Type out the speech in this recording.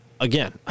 Again